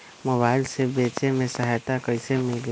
Mobile से बेचे में सहायता कईसे मिली?